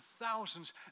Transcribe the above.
thousands